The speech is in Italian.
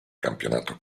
campionato